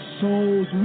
souls